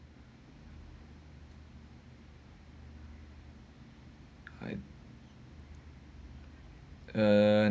eh